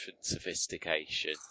sophistication